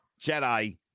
Jedi